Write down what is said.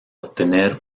obtener